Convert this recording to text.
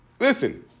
listen